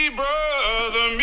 brother